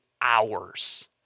hours